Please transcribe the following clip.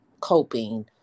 coping